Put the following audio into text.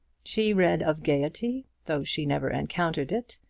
she read of gaiety, though she never encountered it,